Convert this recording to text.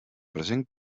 present